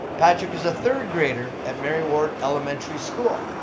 patrick is a third grader at mary ward elementary school.